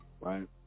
right